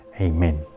amen